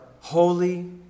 holy